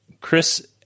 Chris